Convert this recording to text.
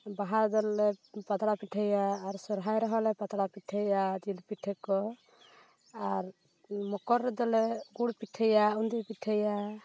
ᱵᱟᱦᱟ ᱫᱚᱞᱮ ᱯᱟᱛᱲᱟ ᱯᱤᱴᱷᱟᱹᱭᱟ ᱟᱨ ᱥᱚᱨᱦᱟᱭ ᱨᱮᱦᱚᱸᱞᱮ ᱯᱟᱛᱲᱟ ᱯᱤᱴᱷᱟᱹᱭᱟ ᱡᱤᱞ ᱯᱤᱴᱷᱟᱹᱠᱚ ᱟᱨ ᱢᱚᱠᱚᱨ ᱨᱮᱫᱚᱞᱮ ᱜᱩᱲ ᱯᱤᱴᱷᱟᱹᱭᱟ ᱩᱱᱫᱤ ᱯᱤᱴᱷᱟᱹᱭᱟ